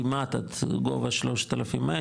כמעט עד גובה 3,100,